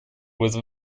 with